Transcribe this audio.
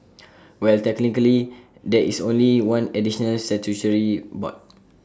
well technically there is only one additional statutory board